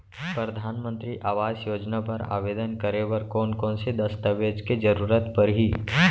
परधानमंतरी आवास योजना बर आवेदन करे बर कोन कोन से दस्तावेज के जरूरत परही?